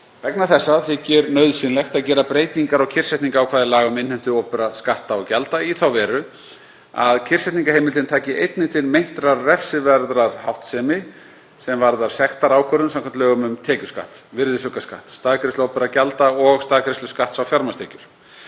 Vegna þessa þykir nauðsynlegt að gera breytingar á kyrrsetningarákvæði laga um innheimtu opinberra skatta og gjalda í þá veru að kyrrsetningarheimildin taki einnig til meintrar refsiverðrar háttsemi sem varðar sektarákvörðun samkvæmt lögum um tekjuskatt, virðisaukaskatt, staðgreiðslu opinberra gjalda og staðgreiðslu skatts á fjármagnstekjur.